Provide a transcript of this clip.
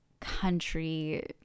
country